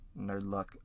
Nerdluck